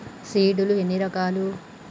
Seed లు ఎన్ని రకాలు?